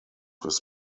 his